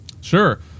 Sure